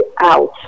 out